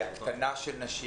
בהקטנה של נשים.